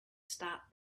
start